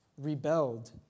rebelled